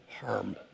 harm